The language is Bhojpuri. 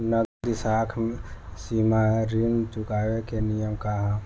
नगदी साख सीमा ऋण चुकावे के नियम का ह?